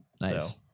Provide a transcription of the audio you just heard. nice